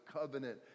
covenant